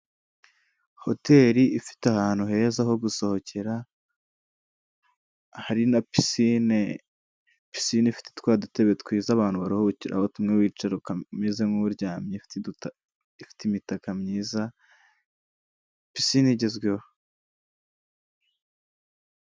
Hoteri ifite ahantu heza ho gusohokera hari na pisine, pisine ifite twadutebe twiza abantu baruhukiraho tumwe wicara ukaba umeze nk'uryamye, ifite imitaka myiza pisine igezweho.